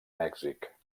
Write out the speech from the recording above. mèxic